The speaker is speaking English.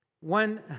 One